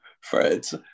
Friends